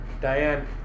Diane